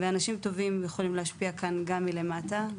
ואנשים טובים יכולים להשפיע כאן גם מלמטה,